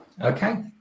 okay